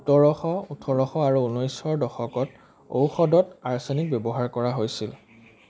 সোতৰশ ওঠৰশ আৰু ঊনৈশৰ দশকত ঔষধত আৰ্ছেনিক ব্যৱহাৰ কৰা হৈছিল